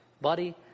buddy